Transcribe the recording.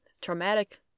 traumatic